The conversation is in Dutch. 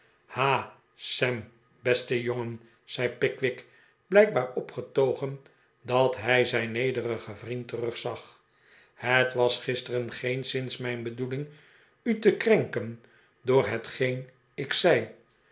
sam beste jongen zei pickwick blijkb'aar opgetogen dat hi zijn nederigen vriend terugzag het was gisteren geenszins mijn bedoeling u te krenken door hetgeen ik zei